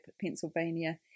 Pennsylvania